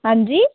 हां जी